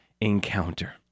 encounter